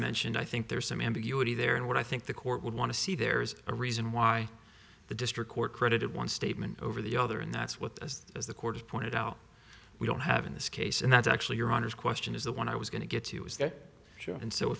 mentioned i think there's some ambiguity there and what i think the court would want to see there's a reason why the district court credited one statement over the other and that's what as as the court pointed out we don't have in this case and that's actually your honour's question is the one i was going to get to is that and so